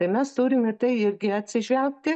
tai mes turim į tai irgi atsižvelgti